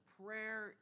prayer